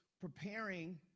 preparing